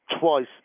twice